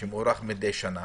שמוארך מדי שנה.